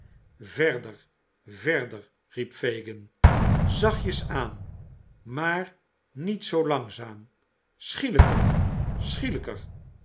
verder verder riep fagin zachtjes aan maar niet zoo langzaam schielijker schielijker